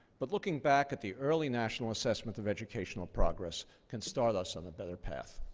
but looking back at the early national assessment of education ah progress can start us on a better path.